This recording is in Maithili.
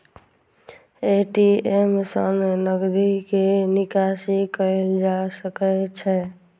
ए.टी.एम सं नकदी के निकासी कैल जा सकै छै